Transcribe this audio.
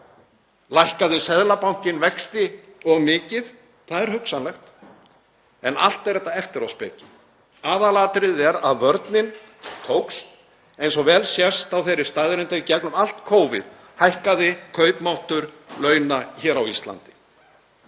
Lækkaði Seðlabankinn vexti of mikið? Það er hugsanlegt. En allt er þetta eftiráspeki. Aðalatriðið er að vörnin tókst, eins og vel sést á þeirri staðreynd að í gegnum allt Covid hækkaði kaupmáttur launa hér á Íslandi.